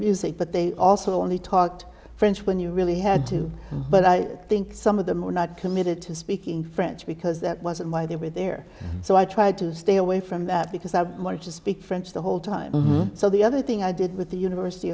music but they also only taught french when you really had to but i think some of them were not committed to speaking french because that wasn't why they were there so i tried to stay away from that because i wanted to speak french the whole time so the other thing i did with the university